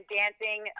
dancing